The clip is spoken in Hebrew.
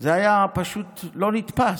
זה היה פשוט לא נתפס.